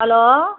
hello